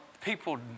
people